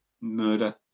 murder